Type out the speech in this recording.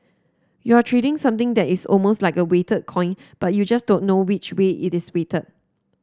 you're trading something that is almost like a weighted coin but you just don't know which way it is weighted